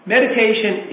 Meditation